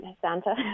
Santa